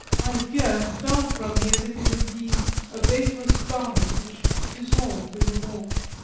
my fear fell from me as if it had been a vaporous garment which dissolved in the warmth.